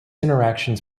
interactions